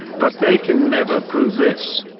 but they can never prove this,